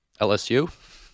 LSU